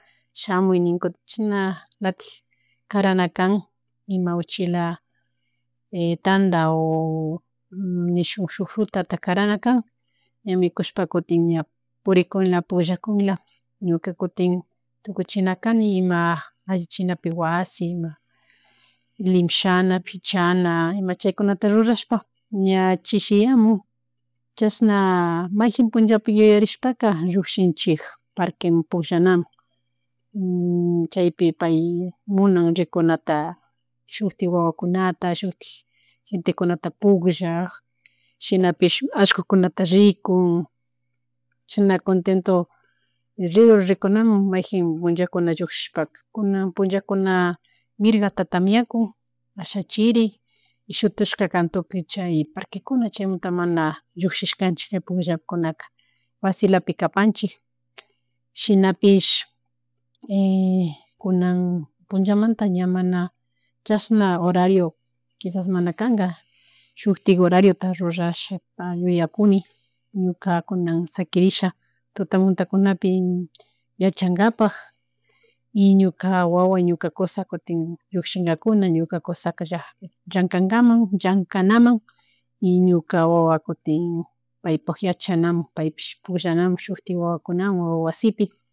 Allichirini ñakcharini ña ñukapish, churanakunata limishukunata churani y ña kutin chawpi punllamun tukukpika o la una kakpika ña kutin, almuerzota ruranakani wawapuk y paypuk ima sopita o shuk arrozcitota rurashpa paymun karankapak chay variado kan sopa o arroz ensaladata rurashpa paimun karankapuk ñashi la una o las dos de la tarde ña mikushpa kutin tukuy mikushpa kutin ña paylatatik ayudachini wasita pichanamun chaymuntapish ima cuartokunata chishna, ña chayta tukuchishpa kutin pukllanamun shamunchik pay churakunata tendenamun paypish jawan terrasamun ridor shuk mirga rumikunata charin chay rumikunata pukllador o ña paypuk juguetekonawan llucllinla chayka sumakta pay jawa terrazapi intipi kunukyashpa pugllashpa shuk ratota kan chaymunta kutin ña yaykumunchik kutin wasimun. Washimun kutin ña sha paypuk juguete o paypuk librokuta rikun asin, ña nin yaku, kutin mikunamun.